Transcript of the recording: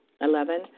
Eleven